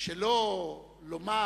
שלא לומר,